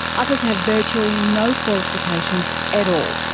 others have virtually no qualifications at all.